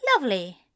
lovely